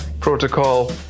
protocol